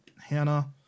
Hannah